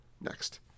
Next